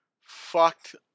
fucked